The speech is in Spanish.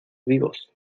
vivos